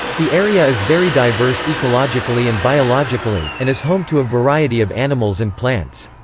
the area is very diverse ecologically and biologically, and is home to a variety of animals and plants.